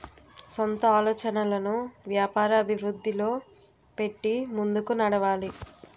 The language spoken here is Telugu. సొంత ఆలోచనలను వ్యాపార అభివృద్ధిలో పెట్టి ముందుకు నడవాలి